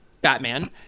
Batman